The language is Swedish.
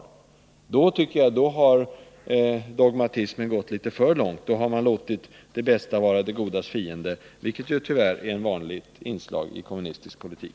Annars tycker jag att dogmatismen går litet för långt. Det är att låta det bästa vara det godas fiende, vilket tyvärr är ett vanligt inslag i kommunistisk politik.